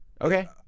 Okay